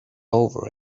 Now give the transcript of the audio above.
over